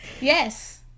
Yes